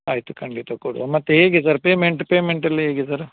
ಆಯಿತು ಖಂಡಿತ ಕೊಡುವ ಮತ್ತು ಹೇಗೆ ಸರ್ ಪೇಮೆಂಟ್ ಪೇಮೆಂಟ್ ಎಲ್ಲ ಹೇಗೆ ಸರ್